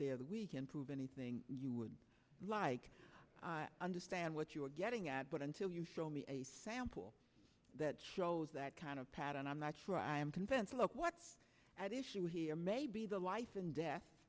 day of the weekend prove anything you would like i understand what you're getting at but until you show me a sample that shows that kind of pattern i'm not sure i'm convinced look what's at issue here maybe the life and death